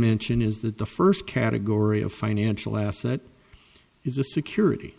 mention is that the first category of financial asset is a security